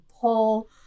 pull